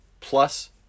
plus